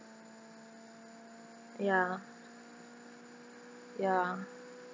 ya ya